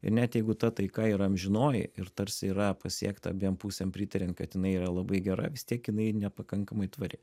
ir net jeigu ta taika ir amžinoji ir tarsi yra pasiekta abiem pusėm pritariant kad jinai yra labai gera vis tiek jinai nepakankamai tvari